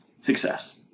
success